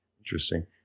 interesting